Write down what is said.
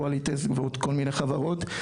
קוואליטסט ועוד כל מני חברות,